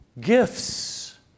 gifts